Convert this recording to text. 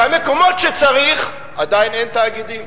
במקומות שצריך, עדיין אין תאגידים.